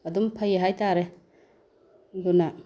ꯑꯗꯨꯝ ꯐꯩ ꯍꯥꯏꯇꯔꯦ ꯑꯗꯨꯅ